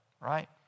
Right